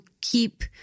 keep